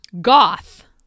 Goth